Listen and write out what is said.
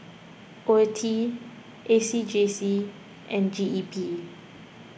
Oeti A C J C and G E P